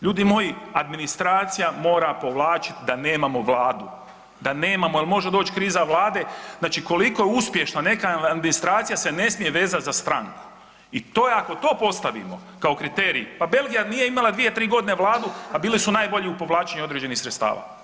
Ljudi moji administracija mora povlačiti da nemamo Vladu, da nemamo jel može doći kriza Vlade, znači koliko je uspješno neka administracija se ne smije vezati za stranku i to ako to postavimo kao kriterij, pa Belgija nije imala dvije, tri godine vladu, a bili su najbolji u povlačenju određenih sredstava.